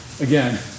Again